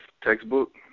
textbook